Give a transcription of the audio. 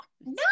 No